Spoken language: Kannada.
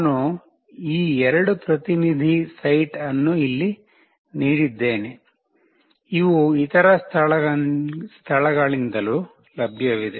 ನಾನು ಈ 2 ಪ್ರತಿನಿಧಿ ಸೈಟ್ ಅನ್ನು ಇಲ್ಲಿ ನೀಡಿದ್ದೇನೆ ಇವು ಇತರ ಸ್ಥಳಗಳಿಂದಲೂ ಲಭ್ಯವಿದೆ